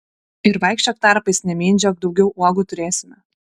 ir vaikščiok tarpais nemindžiok daugiau uogų turėsime